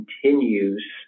continues